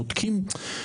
בודקים.